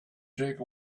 take